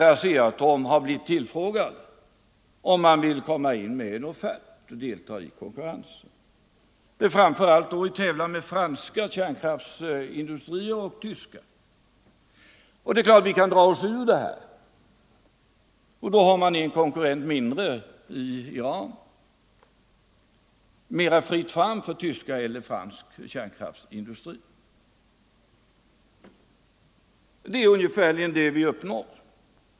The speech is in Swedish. ASEA-Atom har tillfrågats om man vill komma in med en offert och delta i konkurrensen med framför allt franska och tyska kärnkraftsindustrier om ytterligare två reaktorer. Det är klart att vi kan dra oss ur detta. Då får man en konkurrent mindre i Iran och det blir mera fritt fram för tysk och fransk kärnkraftsindustri. Det är ungefärligen det vi skulle uppnå.